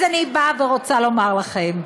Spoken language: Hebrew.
אז אני באה ורוצה לומר לכם,